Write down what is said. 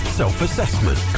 self-assessment